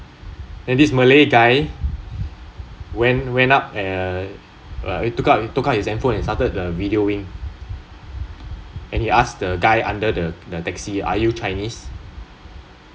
then this malay guy went went up uh took out took out his handphone and started the videoing and he ask the guy under the the taxi are you chinese